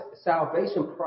salvation